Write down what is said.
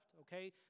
okay